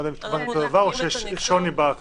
אני לא יודע אם התכוונתם לאותו דבר או שיש שוני בכוונות.